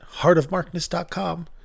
heartofmarkness.com